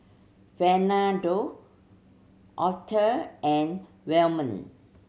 Fernando Author and Wyman